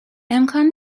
امکان